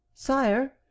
Sire